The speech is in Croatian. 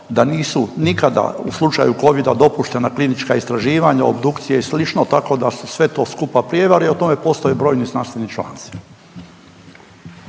da nisu nikada u slučaju covida dopuštena klinička istraživanja, obdukcije i slično, tako da su sve to skupa prijevare i o tome postoje brojni znanstveni članci.